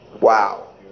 Wow